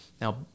Now